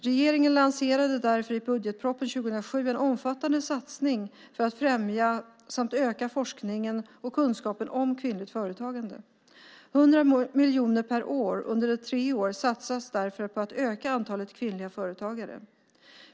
Regeringen lanserade därför i budgetpropositionen 2007 en omfattande satsning för att främja samt öka forskningen och kunskapen om kvinnligt företagande. 100 miljoner kronor per år under tre år satsas därför på att öka antalet kvinnliga företagare.